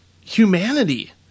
humanity